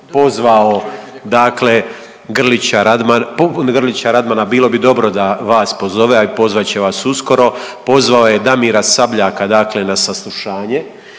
pozvao dakle Grlića, Grlića Radmana bilo bi dobro da vas pozove, a i pozvat će vas uskoro. Pozvao je Damira Sabljaka dakle na saslušanje